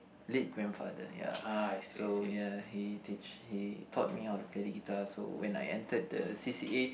late grandfather ya so ya he teach he taught me how to play the guitar so when I entered the c_c_a